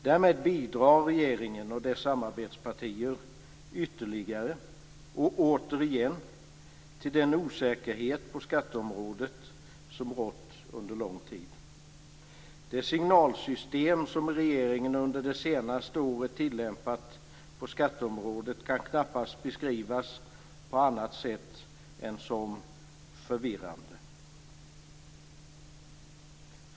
Därmed bidrar regeringen och dess samarbetspartier ytterligare och återigen till den osäkerhet på skatteområdet som rått under lång tid. Det signalsystem som regeringen under det senaste året tillämpat på skatteområdet kan knappast beskrivas på annat sätt än som förvirrande.